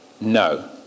No